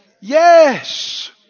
Yes